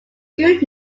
good